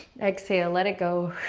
exhale, let it go.